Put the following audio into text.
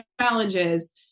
challenges